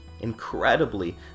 Incredibly